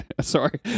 Sorry